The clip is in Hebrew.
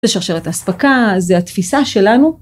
זה שרשרת האספקה, זה התפישה שלנו.